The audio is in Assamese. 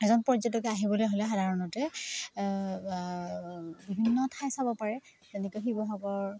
এজন পৰ্যটকে আহিবলৈ হ'লে সাধাৰণতে বিভিন্ন ঠাই চাব পাৰে তেনেকে শিৱসাগৰ